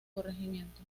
corregimiento